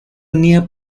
unía